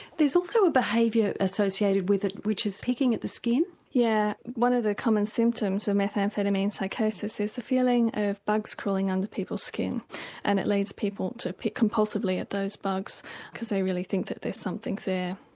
there's also a behaviour associated with it which is picking at the skin. yeah, one of the common symptoms of methamphetamine psychosis is a feeling of bugs crawling under people's skin and it leads people to pick compulsively at those bugs because they really think that there's something there.